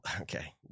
okay